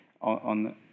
on